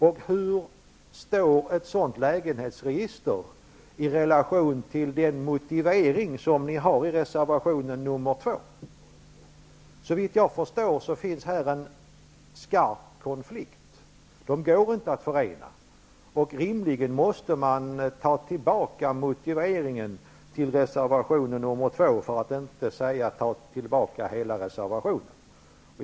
Och hur står ett sådant lägenhetsregister i relation till den motivering som ni har i reservationen nr 2? Såvitt jag förstår finns här en skarp konflikt. De går inte att förena, och rimligen måste ni ta tillbaka motiveringen till reservation 2, för att inte säga ta tillbaka hela reservationen.